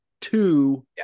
two